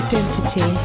Identity